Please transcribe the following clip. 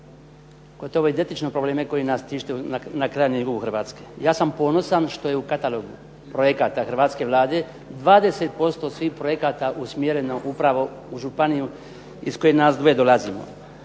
gotovo identične probleme koji nas tište na krajnjem jugu Hrvatske. Ja sam ponosan što je u katalogu projekata hrvatske Vlade 20% svih projekata usmjereno upravo u županiju iz koje nas dvoje dolazimo.